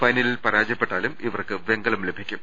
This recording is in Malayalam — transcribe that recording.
ഫൈനലിൽ പരാജയപ്പെട്ടാലും ഇവർക്ക് വെങ്കലം ലഭിക്കും